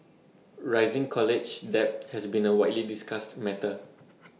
rising college debt has been A widely discussed matter